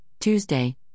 Tuesday